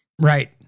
Right